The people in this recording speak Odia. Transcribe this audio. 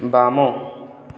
ବାମ